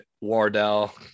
Wardell